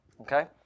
okay